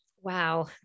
Wow